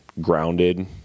grounded